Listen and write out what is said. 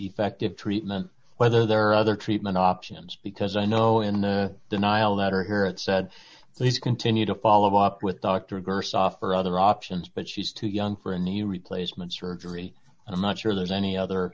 effective treatment whether there are other treatment options because i know in a denial letter here it said please continue to follow up with dr gerson offer other options but she's too young for a knee replacement surgery i'm not sure there's any other